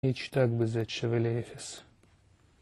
H תג בזה את שווה לאפס.